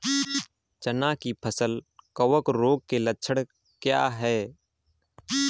चना की फसल कवक रोग के लक्षण क्या है?